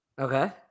Okay